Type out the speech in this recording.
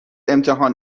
امتحان